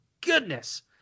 goodness